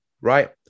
Right